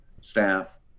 staff